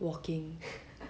walking